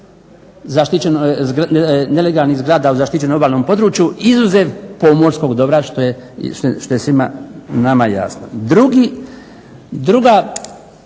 legalizaciju nelegalnih zgrada u zaštićenom obalnom području izuzev pomorskog dobra što je svima nama jasno. Drugi razlog